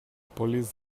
police